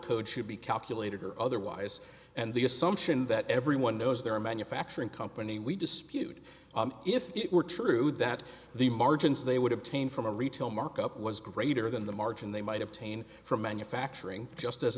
code should be calculated or otherwise and the assumption that everyone knows they're a manufacturing company we dispute if it were true that the margins they would obtain from a retail markup was greater than the margin they might obtain from manufacturing just as